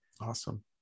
Awesome